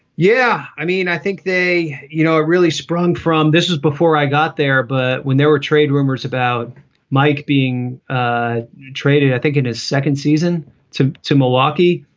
yeah. i mean, i think they you know, it really sprung from this is before i got there. but when there were trade rumors about mike being ah traded, i think in his second season two to milwaukee,